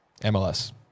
MLS